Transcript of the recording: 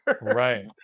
right